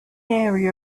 area